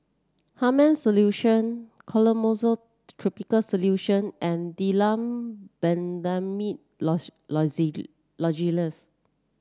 Hartman's Solution Clotrimozole topical solution and Difflam Benzydamine Lozenges